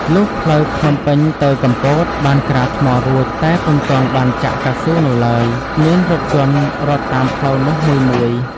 លុះផ្លូវភ្នំពេញទៅកំពត បានក្រាលថ្មរួច តែពុំទាន់បានចាក់កៅស៊ូនៅឡើយ មានរថយន្តរត់តាមផ្លូវនោះមួយៗ